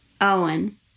Owen